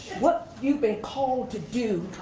what you've been called to do